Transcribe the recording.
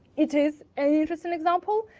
it is an interesting example.